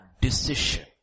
decision